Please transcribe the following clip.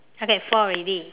okay four already